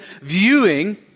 viewing